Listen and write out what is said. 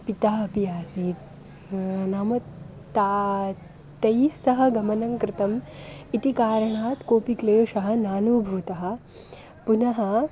पिता अपि आसीत् नाम ता तैस्सह गमनं कृतम् इति कारणात् कोपि क्लेशः नानूभूतः पुनः